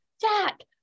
Jack